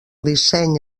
disseny